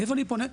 לאיפה אני פונה?